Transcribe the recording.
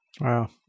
Wow